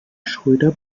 schröder